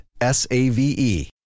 S-A-V-E